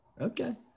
Okay